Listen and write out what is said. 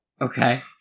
Okay